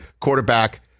quarterback